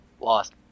lost